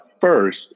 first